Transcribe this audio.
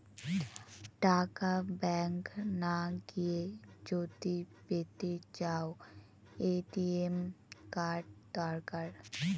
টাকা ব্যাঙ্ক না গিয়ে যদি পেতে চাও, এ.টি.এম কার্ড দরকার